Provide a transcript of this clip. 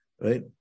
right